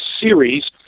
series